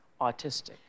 autistic